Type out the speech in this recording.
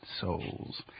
souls